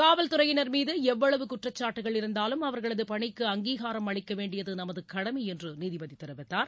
காவல்துறையினர் மீது எவ்வளவு குற்றச்சாட்டுகள் இருந்தாலும் அவர்களது பணிக்கு அங்கீகாரம் அளிக்கவேண்டியது நமது கடமை என்று நீதிபதி தெரிவித்தார்